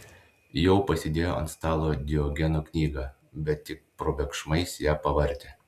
jau pasidėjo ant stalo diogeno knygą bet tik probėgšmais ją pavartė